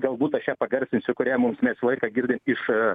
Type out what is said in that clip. galbūt aš ją pagarsinsiu kurią mums mes visą laiką girdim iš